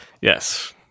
Yes